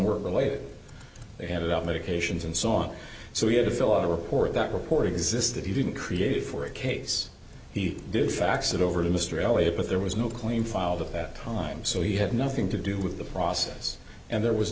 that they handed out medications and so on so he had to fill out a report that report existed he didn't create for a case he did fax it over to mr elliot but there was no claim filed at that time so he had nothing to do with the process and there was